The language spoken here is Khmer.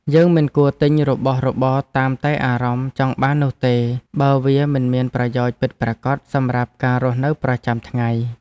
យើងមិនគួរទិញរបស់របរតាមតែអារម្មណ៍ចង់បាននោះទេបើវាមិនមានប្រយោជន៍ពិតប្រាកដសម្រាប់ការរស់នៅប្រចាំថ្ងៃ។